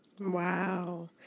Wow